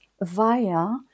via